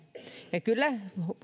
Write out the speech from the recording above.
ja kyllä